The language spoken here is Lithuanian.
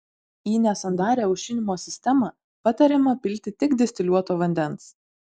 į nesandarią aušinimo sistemą patariama pilti tik distiliuoto vandens